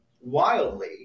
wildly